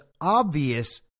obvious